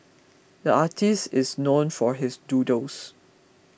the artist is known for his doodles